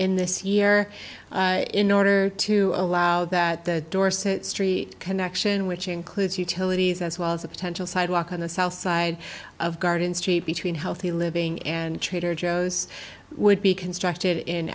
in this year in order to allow that the dorset street connection which includes utilities as well as a potential sidewalk on the south side of garden street between healthy living and trader joe's would be constructed in